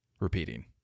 Repeating